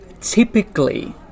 typically